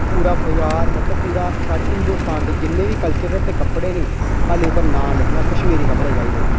बजार मतलब पूरा साढ़े हिंदस्तान दे मतलब जिन्ने बी कल्चर दे कपड़े निं खाली कश्मीरी कपड़े चाहिदे